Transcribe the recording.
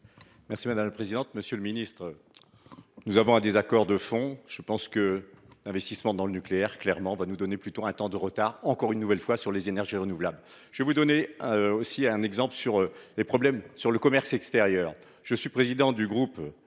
Merci madame la présidente. Monsieur le Ministre. Nous avons un désaccord de fond. Je pense que d'investissements dans le nucléaire clairement va nous donner plutôt un temps de retard. Encore une nouvelle fois sur les énergies renouvelables. Je vais vous donner aussi un exemple sur les problèmes sur le commerce extérieur. Je suis président du groupe